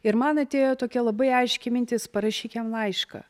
ir man atėjo tokia labai aiški mintis parašyk jam laišką